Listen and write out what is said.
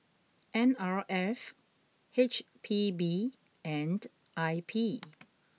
N R F H P B and I P